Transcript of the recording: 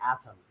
atom